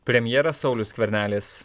premjeras saulius skvernelis